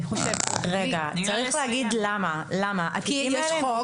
יש חוק